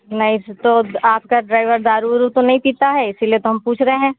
नहीं तो आपका ड्राईवर दारू ऊरू तो नहीं पीता है इसलिए तो हम पूँछ रहे हैं